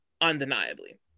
undeniably